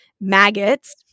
maggots